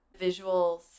visuals